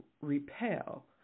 repel